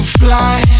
fly